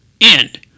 end